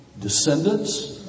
descendants